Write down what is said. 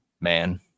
man